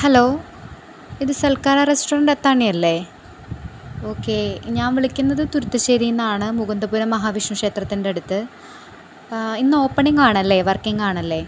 hello ഇത് Salkara restaurant Athani അല്ലേ okay ഞാൻ വിളിക്കുന്നത് തുരുത്തശ്ശേരിരിയില്നിന്നാണ് മുകുന്ദപുരം മഹാവിഷ്ണു ക്ഷേത്രത്തിൻ്റെ അടുത്ത് ഇന്ന് ഓപ്പണിങ് ആണല്ലേ വർക്കിംഗ് ആണല്ലേ